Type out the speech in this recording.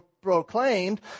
proclaimed